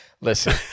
Listen